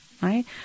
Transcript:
right